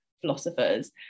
philosophers